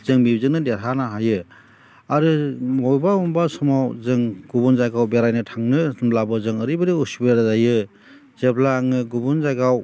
जों बेजोंनो देरहानो हायो आरो बबेबा बबेबा समाव जों गुबुन जायगायाव बेरायनो थांनो होनब्लाबो जों ओरैबायदि असुबिदा जायो जेब्ला आङो गुबुन जायगायाव